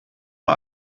mal